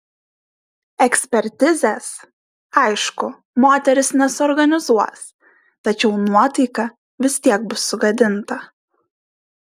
ekspertizės aišku moteris nesuorganizuos tačiau nuotaika vis tiek bus sugadinta